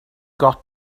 got